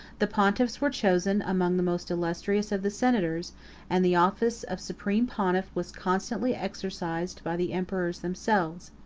the pontiffs were chosen among the most illustrious of the senators and the office of supreme pontiff was constantly exercised by the emperors themselves.